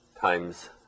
times